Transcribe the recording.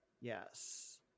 Yes